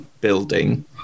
building